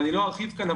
לא ארחיב כאן,